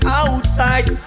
outside